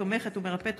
תומכת ומרפאת.